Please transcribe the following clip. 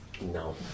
No